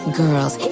girls